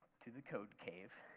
to the code cave